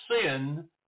sin